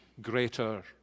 greater